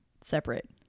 separate